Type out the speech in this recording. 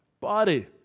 body